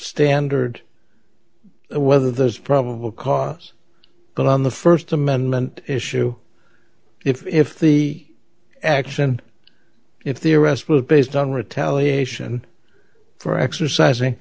standard whether there's probable cause but on the first amendment issue if the action if the arrest was based on retaliation for exercising